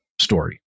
story